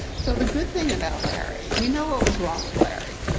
so the good thing about larry. we know what was wrong with larry.